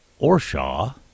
Orshaw